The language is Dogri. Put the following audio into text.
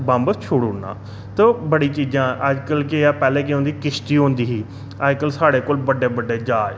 बम्ब छोड़ू उड़ना ते ओह् बड़ी चीजां अजकल केह् ऐ पैहलें केह् होंदी किश्ती होंदी ही अज्ज साढ़े कोल बड्डे बड्डे ज्हाज